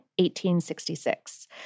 1866